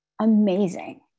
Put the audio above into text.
amazing